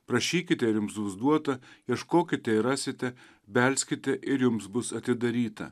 prašykite ir jums bus duota ieškokite ir rasite belskite ir jums bus atidaryta